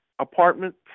apartments